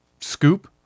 scoop